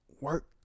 work